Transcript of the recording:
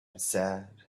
sad